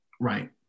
Right